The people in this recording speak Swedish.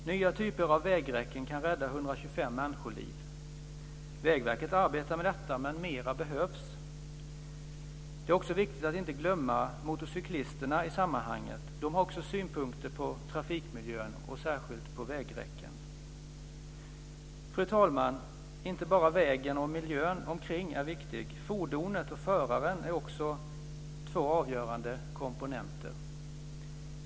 Nya typer av vägräcken kan rädda 125 människoliv. Vägverket arbetar med detta, men mera behövs. Det är också viktigt att inte glömma motorcyklisterna i sammanhanget. Även de har synpunkter på trafikmiljön, särskilt på vägräcken. Fru talman! Det är inte bara vägen och miljön däromkring som är viktig. Fordonet och föraren är två andra avgörande komponenter.